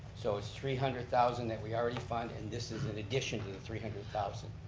so it's three hundred thousand that we already fund and this is in addition to the three hundred thousand?